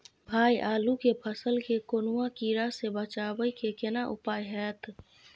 भाई आलू के फसल के कौनुआ कीरा से बचाबै के केना उपाय हैयत?